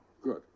good